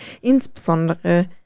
Insbesondere